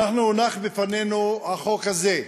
הונח בפנינו החוק הזה.